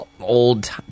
old